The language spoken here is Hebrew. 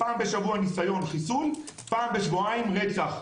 פעם בשבוע ניסיון חיסול, פעם בשבועיים רצח.